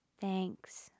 Thanks